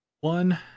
one